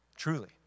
Truly